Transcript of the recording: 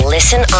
Listen